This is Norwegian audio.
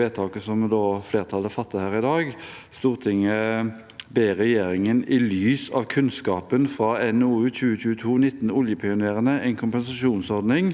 vedtaket som flertallet fatter her i dag: «Stortinget ber regjeringen, i lys av kunnskapen fra NOU 2022: 19, Oljepionerene – en kompensasjonsordning,